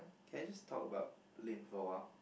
can I just talk about Lynn for awhile